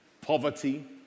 poverty